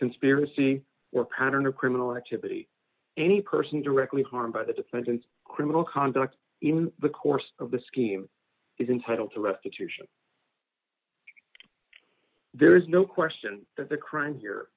conspiracy or pattern or criminal activity any person directly harmed by the defendant's criminal conduct in the course of the scheme is entitled to restitution there is no question that the crime here